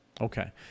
okay